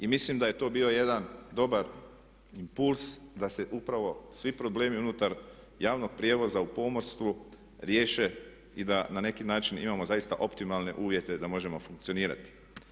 I mislim da je to bio jedan dobar impuls da se upravo svi problemi unutar javnog prijevoza u pomorstvu riješe i da na neki način imamo zaista optimalne uvjete da možemo funkcionirati.